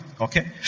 Okay